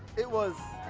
it was.